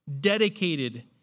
dedicated